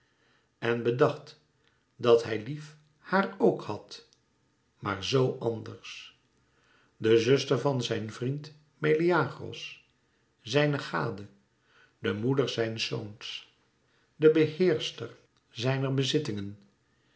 en bedacht dat hij lief haar ook had maar zoo anders de zuster van zijn vriend meleagros zijne gade de moeder zijns zoons de beheerster zijner bezittingen